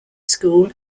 school